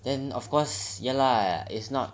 then of course ya lah